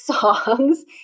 songs